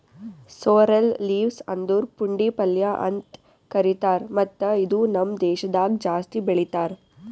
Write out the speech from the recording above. sorrel leaves ಅಂದುರ್ ಪುಂಡಿ ಪಲ್ಯ ಅಂತ್ ಕರಿತಾರ್ ಮತ್ತ ಇದು ನಮ್ ದೇಶದಾಗ್ ಜಾಸ್ತಿ ಬೆಳೀತಾರ್